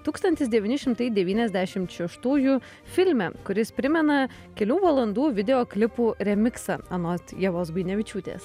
tūkstantis devyni šimtai devyniasdešimt šeštųjų filme kuris primena kelių valandų videoklipų remiksą anot ievos buinevičiūtės